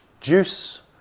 JUICE